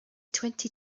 twenty